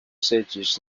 sages